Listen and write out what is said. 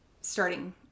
starting